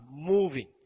moving